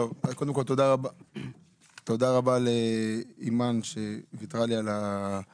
קודם כל תודה רבה לאימאן שוויתרה לי על סדר